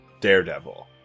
daredevil